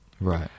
Right